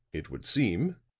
it would seem,